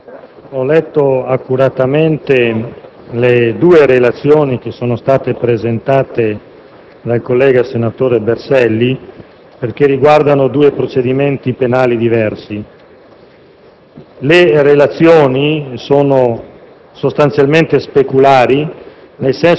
*(Ulivo)*. Signor Presidente, onorevoli senatori, ho letto accuratamente le due relazioni presentate dal collega senatore Berselli perché riguardano due procedimenti penali diversi.